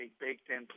baked-in